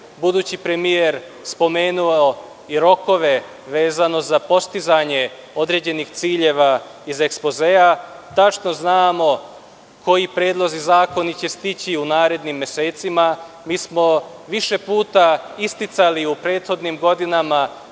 budući premijer spomenuo i rokove vezano za postizanje određenih ciljeva iz ekspozea. Tačno znamo koji predlozi, zakoni će stići u narednim mesecima. Mi smo više puta isticali u prethodnim godinama